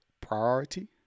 priority